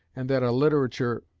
and that a literature,